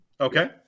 okay